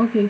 okay